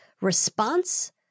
response